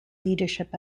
leadership